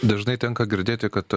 dažnai tenka girdėti kad